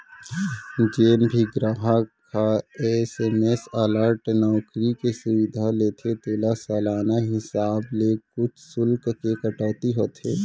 जेन भी गराहक ह एस.एम.एस अलर्ट नउकरी के सुबिधा लेथे तेला सालाना हिसाब ले कुछ सुल्क के कटौती होथे